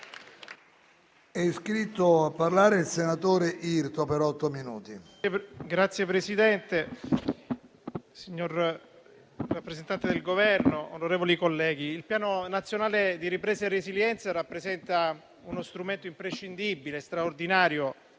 il Piano nazionale di ripresa e resilienza rappresenta uno strumento imprescindibile e straordinario